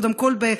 קודם כול,